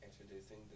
introducing